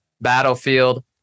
Battlefield